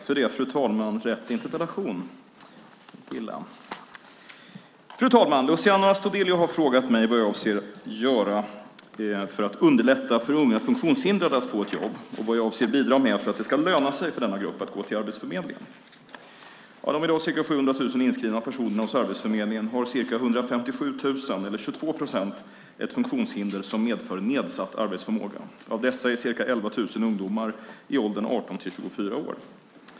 Fru talman! Luciano Astudillo har frågat mig vad jag avser att göra för att underlätta för unga funktionshindrade att få ett jobb och vad jag avser att bidra med för att det ska "löna sig" för denna grupp att gå till Arbetsförmedlingen. Av de i dag ca 700 000 inskrivna personerna hos Arbetsförmedlingen har ca 157 000 eller 22 procent ett funktionshinder som medför nedsatt arbetsförmåga. Av dessa är ca 11 000 ungdomar i åldern 18-24 år.